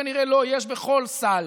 כנראה יש בכל סל,